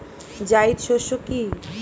জায়িদ শস্য কি?